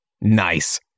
Nice